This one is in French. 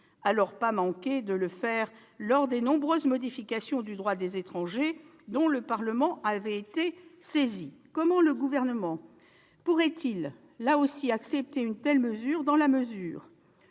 pas manqué de le faire lors des nombreuses modifications du droit des étrangers dont le Parlement avait été saisi. Comment le Gouvernement pourrait-il accepter une telle évolution ?